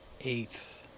eighth